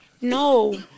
No